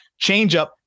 Changeup